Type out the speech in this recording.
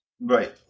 Right